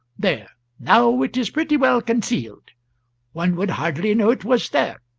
there now it is pretty well concealed one would hardly know it was there.